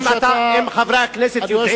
אם חברי הכנסת יודעים,